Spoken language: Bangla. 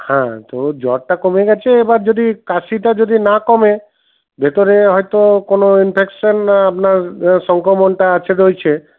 হ্যাঁ তো জ্বরটা কমে গেছে এবার যদি কাশিটা যদি না কমে ভেতরে হয়ত কোনও ইনফেকশন আপনার সংক্রমণটা আছে রয়েছে